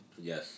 Yes